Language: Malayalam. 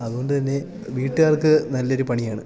അതു കൊണ്ടു തന്നെ വീട്ടുകാർക്ക് നല്ലൊരു പണിയാണ്